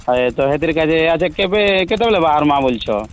ଆଉ ଏତ ହେଥିର କାଜେ ଆଚ୍ଛା କେବେ କେତେବେଳେ ବାହାରମା ବୋଲଛ